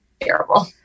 terrible